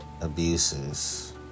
abuses